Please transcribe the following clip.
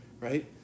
right